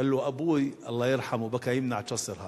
קאל לה: אבּוי, אללה ירחמה, בקי ימנע כּסרהא.